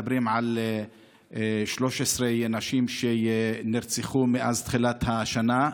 במיוחד כשאנחנו מדברים על 13 נשים שנרצחו מאז תחילת השנה.